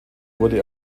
wurde